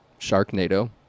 Sharknado